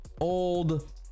old